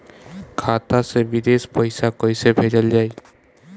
खाता से विदेश पैसा कैसे भेजल जाई?